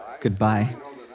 Goodbye